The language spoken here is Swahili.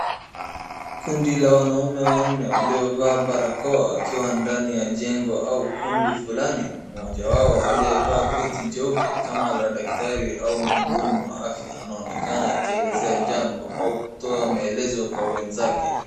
Kundi la wanaume wannne waliovaa barakoa wakiwa ndani ya jengo au kumbi fulani. Mmoja wao aliyevaa koti jeupe kama la daktari aua mhudumu wa afya anaonekana akielezea jambo au kutoa maelezop kwa wenzake.